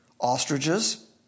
Ostriches